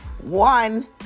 One